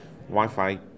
Wi-Fi